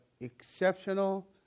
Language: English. exceptional